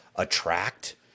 attract